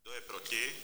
Kdo je proti?